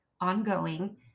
ongoing